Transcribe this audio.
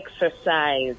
exercise